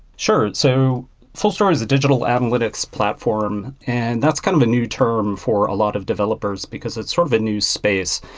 sure. so fullstory is a digital analytics platform, and that's kind of a new term for a lot of developers, because it's sort of a new space.